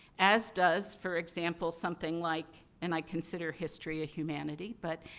as does, for example, something like and i consider history a humanity but,